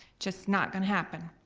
just not gonna happen.